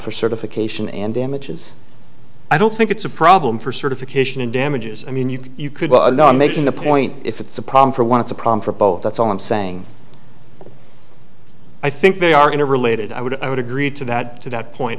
for certification and damages i don't think it's a problem for certification in damages i mean you could be making a point if it's a problem for one it's a problem for both that's all i'm saying i think they are going to related i would i would agree to that to that point